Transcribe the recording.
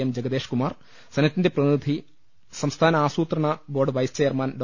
M Jagadeesh Kumar സെനറ്റിന്റെ പ്രതിനിധി സംസ്ഥാന ആസൂത്രണ ബോർഡ് വൈസ് ചെയർമാൻ ഡോ